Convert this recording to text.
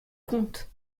contes